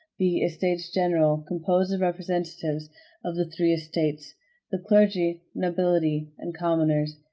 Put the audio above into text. the estates general, composed of representatives of the three estates the clergy, nobility, and commoners.